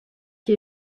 qui